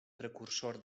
precursor